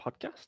podcast